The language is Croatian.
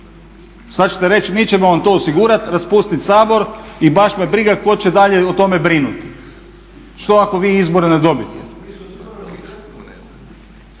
Sada ćete reći mi ćemo vam to osigurati, raspustiti Sabor i baš me briga tko će dalje o tome brinuti. Što ako vi izbore ne dobijete?